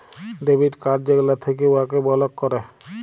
debit card যেগলা থ্যাকে উয়াকে বলক ক্যরে